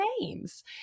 names